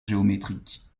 géométriques